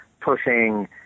pushing